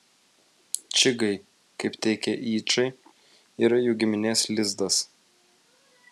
čigai kaip teigia yčai yra jų giminės lizdas